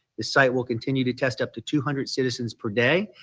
the site will continue to test up to two hundred citizens per day.